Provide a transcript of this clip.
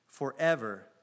forever